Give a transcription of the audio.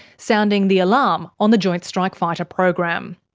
sounding the alarm on the joint strike fighter program.